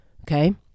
Okay